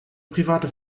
private